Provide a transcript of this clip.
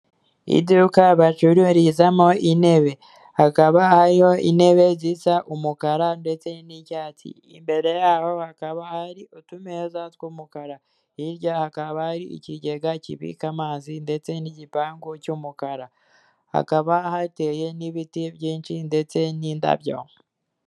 Iduka bacururizamo intebe hakaba hariyo intebe zisa umukara ndetse n'cyatsi, imbere yaho hakaba hari utumeza tw'umukara, hirya hakaba hari ikigega kibika amazi ndetse n'igipangu cy'umukara, hakaba hateye n'ibiti byinshi ndetse n'indabyo.